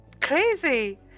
crazy